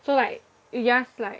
so like you just like